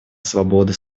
свободы